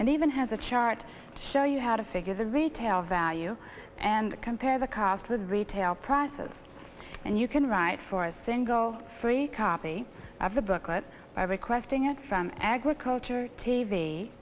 and even has a chart to show you how to figure the retail value and compare the cost with retail prices and you can write for a single free copy of the booklet by requesting it from agriculture t